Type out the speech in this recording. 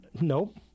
Nope